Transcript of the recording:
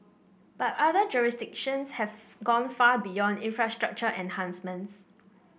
but other jurisdictions have gone far beyond infrastructure enhancements